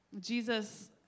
Jesus